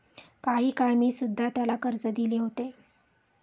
काही काळ मी सुध्धा त्याला कर्ज दिले होते